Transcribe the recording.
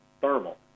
thermal